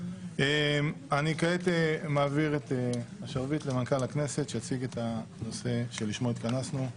אני מעביר את השרביט למנכ"ל הכנסת שיציג את הנושא שלשמו התכנסנו.